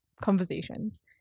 conversations